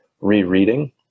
rereading